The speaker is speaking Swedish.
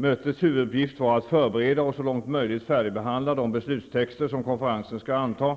Mötets huvuduppgift var att förbereda och så långt möjligt färdigbehandla de beslutstexter som konferensen skall anta. De